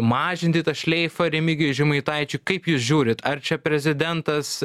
mažinti tą šleifą remigijui žemaitaičiui kaip jūs žiūrit ar čia prezidentas